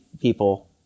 people